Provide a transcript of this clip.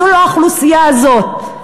זו לא האוכלוסייה הזאת,